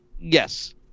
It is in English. Yes